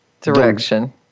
direction